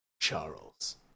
Charles